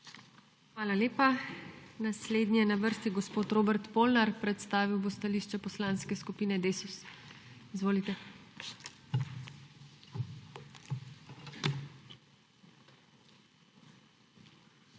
Hvala lepa. Naslednji je na vrsti gospod Robert Polnar, ki bo predstavil stališče Poslanske skupine Desus. Izvolite.